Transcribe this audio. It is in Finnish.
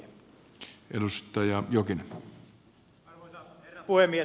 arvoisa herra puhemies